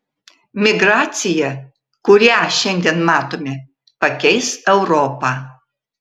migracija kurią šiandien matome pakeis europą